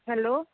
hello